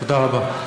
תודה רבה.